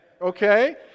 Okay